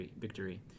victory